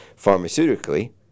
pharmaceutically